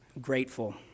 grateful